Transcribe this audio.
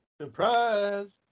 Surprise